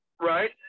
Right